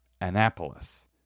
Annapolis